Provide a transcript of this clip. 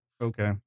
Okay